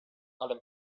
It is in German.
allem